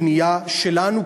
פנייה שלנו,